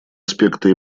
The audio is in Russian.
аспекты